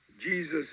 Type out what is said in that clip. Jesus